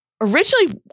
originally